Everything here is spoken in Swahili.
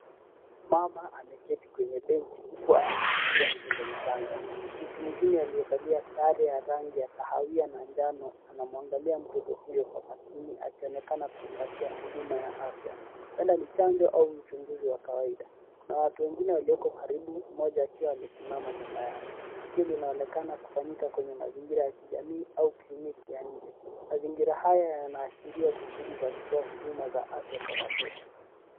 Mama ameketi kwenye benchi huku amemshikilia mtoto mchanga. Mtu mwingine aliyevalia sare ya rangi ya kahawia na njano anamwangalia mtoto huyo kwa makini akionekana kumpatia huduma ya afya. Huenda ni chanjo au uchunguzi wa kawaida. Kuna watu wengine walioko karibu mmoja akiwa amesimama nyuma yao. Tukio linaonekana kufanyika kwenye mazingira ya kijamii au kliniki ya nje. Mazingira haya yanaashiria juhudi za kutoa huduma za afya kwa watoto.